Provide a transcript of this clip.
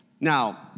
Now